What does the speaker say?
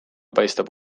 paistab